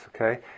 Okay